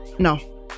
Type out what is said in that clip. No